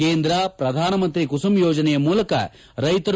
ಕೇಂದ್ರ ಪ್ರಧಾನಮಂತ್ರಿ ಕುಸುಮ್ ಯೋಜನೆಯ ಮೂಲಕ ರೈತರು